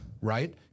right